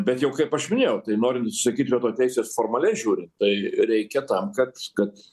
bet jau kaip aš minėjau tai norint atsisakyt veto teisės formaliai žiūrint tai reikia tam kad kad